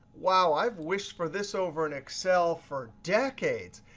wow, i've wished for this over in excel for decades.